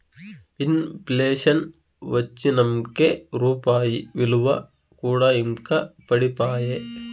in ప్లేషన్ వచ్చినంకే రూపాయి ఇలువ కూడా ఇంకా పడిపాయే